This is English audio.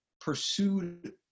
pursued